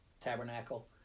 Tabernacle